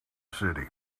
city